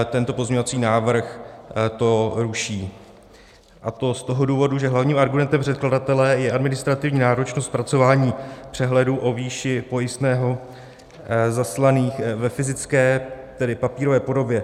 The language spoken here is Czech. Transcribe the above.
Tento pozměňovací návrh to ruší, a to z toho důvodu, že hlavním argumentem předkladatele je administrativní náročnost zpracování přehledů o výši pojistného zaslaných ve fyzické, tedy papírové podobě.